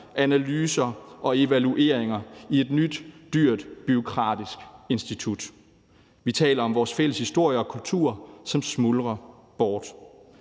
analyser og evalueringer i et nyt, dyrt bureaukratisk institut. Vi taler om vores fælles historie og kultur, som smuldrer bort.